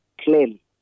clearly